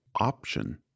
option